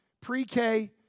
pre-K